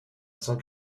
cent